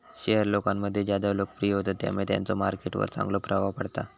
share लोकांमध्ये ज्यादा लोकप्रिय होतत त्यामुळे त्यांचो मार्केट वर चांगलो प्रभाव पडता